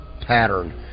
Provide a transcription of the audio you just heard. pattern